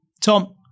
Tom